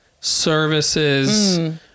services